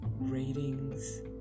ratings